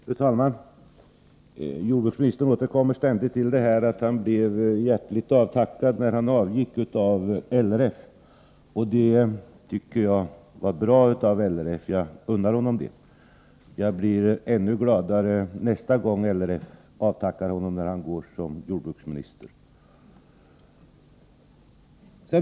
Fru talman! Jordbruksministern återkommer ständigt till att han blev hjärtligt avtackad av LRF när han avgick. Det tycker jag var bra av LRF —-jag unnar honom det. Jag blir ännu gladare nästa gång LRF avtackar honom när han avgår som jordbruksminister.